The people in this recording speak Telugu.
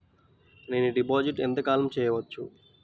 నేను డిపాజిట్ ఎంత కాలం చెయ్యవచ్చు?